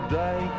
day